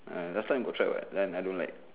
uh last time got try [what] then I don't like